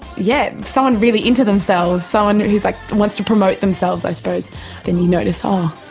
yeah so and really into themselves so and like wants to promote themselves i suppose and you notice oh,